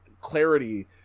clarity